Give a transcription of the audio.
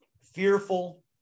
fearful